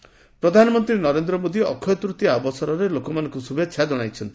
ଅକ୍ଷୟ ତୃତୀୟା ପ୍ରଧାନମନ୍ତ୍ରୀ ନରେନ୍ଦ୍ର ମୋଦୀ ଅକ୍ଷୟତୃତୀୟା ଅବସରରେ ଲୋକମାନଙ୍କୁ ଶୁଭେଚ୍ଛା ଜଣାଇଛନ୍ତି